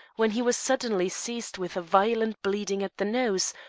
when he was suddenly seized with a violent bleeding at the nose,